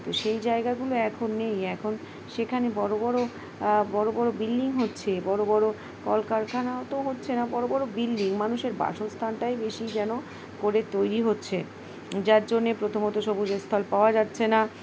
তো সেই জায়গাগুলো এখন নেই এখন সেখানে বড় বড়ো বড়ো বড়ো বিল্ডিং হচ্ছে বড়ো বড়ো কলকারখানাও তো হচ্ছে না বড় বড়ো বিল্ডিং মানুষের বাসস্থানটাই বেশি যেন করে তৈরি হচ্ছে যার জন্যে প্রথমত সবুজ স্থল পাওয়া যাচ্ছে না